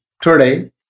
Today